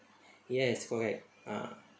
yes correct ah